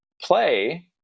play